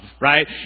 right